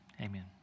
Amen